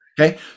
okay